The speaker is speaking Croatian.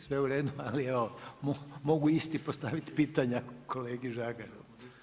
Sve u redu, ali mogu isti postavit pitanja kolegi Žagaru.